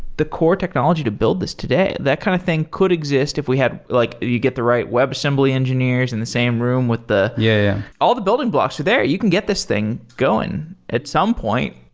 the core technology to build this today. that kind of thing could exist if we had like you get the right web assembly engineers in the same room with the yeah all the building blocks there. you can get this thing going at some point.